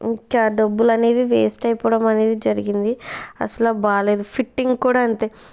ఇంకా ఆ డబ్బులు అనేది వేస్ట్ అయిపోవడం అనేది జరిగింది అసలు బాగా లేదు ఫిట్టింగ్ కూడా అంతే